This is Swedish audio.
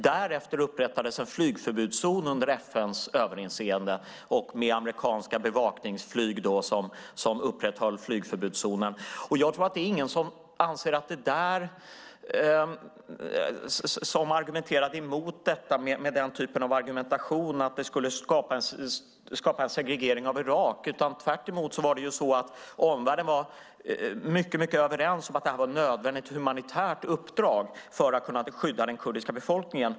Därefter upprättades en flygförbudszon under FN:s överinseende, med amerikanska bevakningsflyg som upprätthöll flygförbudszonen. Jag tror inte att någon argumenterade emot detta genom att säga att det skulle skapa en segregering av Irak. Tvärtom var omvärlden mycket överens om att detta var ett nödvändigt humanitärt uppdrag för att kunna beskydda den kurdiska befolkningen.